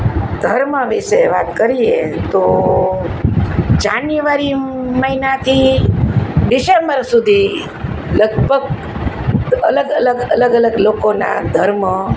ધર્મ વિશે વાત કરીએ તો જાન્યુઆરી મહિનાથી ડિસેમ્બર સુધી લગભગ અલગ અલગ અલગ અલગ લોકોના ધર્મ